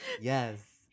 Yes